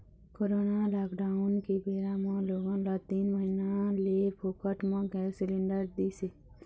corona lockdown के बेरा म लोगन ल तीन महीना ले फोकट म गैंस सिलेंडर दिस हे